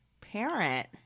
parent